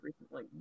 recently